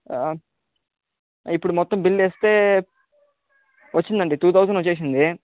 ఇప్పుడు మొత్తం బిల్లు వేస్తే వచ్చిందండి టూ థౌసండ్ వచ్చేసింది